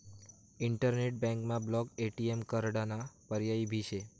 internet बँकमा block ATM कार्डाना पर्याय भी शे